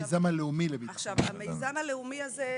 המיזם הלאומי הזה,